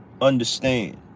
understand